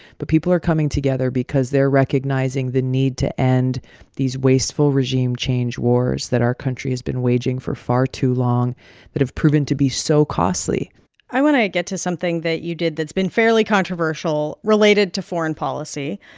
but people are coming together because they're recognizing the need to end these wasteful regime change wars that our country has been waging for far too long that have proven to be so costly i want to get to something that you did that's been fairly controversial related to foreign policy.